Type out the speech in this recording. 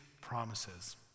promises